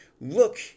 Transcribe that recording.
Look